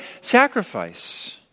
sacrifice